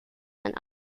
and